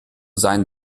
seinen